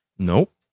Nope